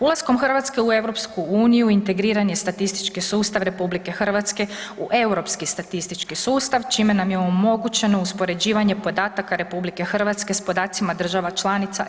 Ulaskom Hrvatske u EU integriran je statistički sustav RH u Europski statistički sustav, čime nam je omogućeno uspoređivanje podataka RH s podacima država članica EU.